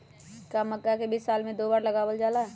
का मक्का के बीज साल में दो बार लगावल जला?